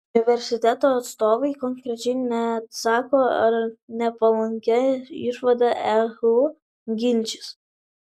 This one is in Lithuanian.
universiteto atstovai konkrečiai neatsako ar nepalankią išvadą ehu ginčys